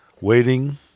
Waiting